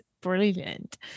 brilliant